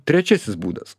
trečiasis būdas